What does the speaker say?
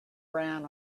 ran